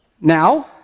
Now